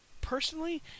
personally